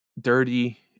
dirty